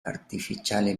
artificiale